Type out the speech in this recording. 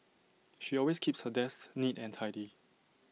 she always keeps her desk neat and tidy